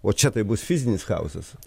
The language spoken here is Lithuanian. o čia tai bus fizinis chaosas